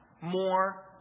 more